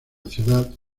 ciudad